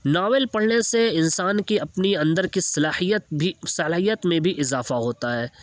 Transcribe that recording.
novel پڑھنے سے انسان کی اپنے اندر کی صلاحیت بھی صلاحیت میں بھی اضافہ ہوتا ہے